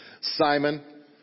Simon